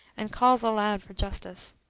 and calls aloud for justice.